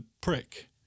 prick